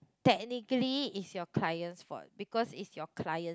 technically it's your client's fault because it's your client